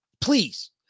please